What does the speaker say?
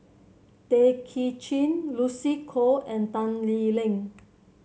Tay Kay Chin Lucy Koh and Tan Lee Leng